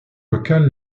locale